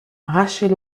rachel